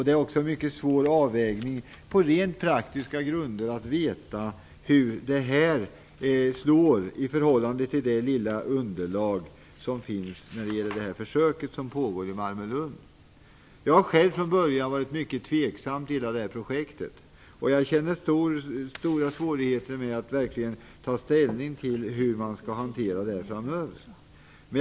Det är också mycket svårt att på rent praktiska grunder veta hur det här slår med tanke på det lilla underlag som finns i form av det försök som pågår i Malmö och Lund. Jag har själv från början varit mycket tveksam till projektet. Jag upplever stora svårigheter med att verkligen ta ställning till hur detta skall hanteras framöver.